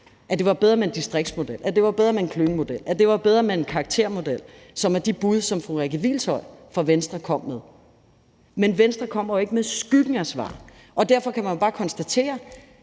at det var bedre med en distriktsmodel, at det var bedre med en klyngemodel, eller at det var bedre med en karaktermodel, som er de bud, som fru Rikke Hvilshøj fra Venstre kom med. Men Venstre kommer jo ikke med skyggen af et svar, og derfor kan man bare konstatere